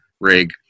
rig